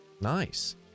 Nice